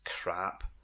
crap